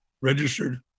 registered